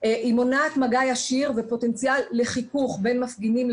האם יש מדיניות של הענשה בפיזור ההפגנות.